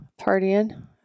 partying